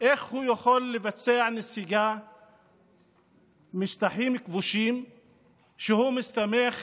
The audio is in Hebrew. איך הוא יכול לבצע נסיגה משטחים כבושים כשהוא מסתמך